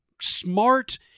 smart